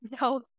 no